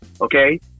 Okay